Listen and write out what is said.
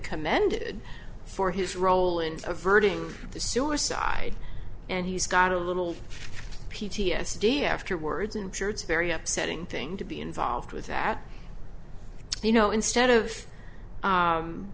commended for his role in averting the suicide and he's got a little p t s d afterwards injured very upsetting thing to be involved with that you know instead of